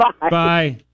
Bye